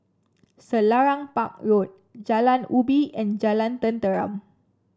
Selarang Park Road Jalan Ubi and Jalan Tenteram